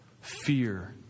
fear